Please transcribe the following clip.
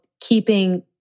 keeping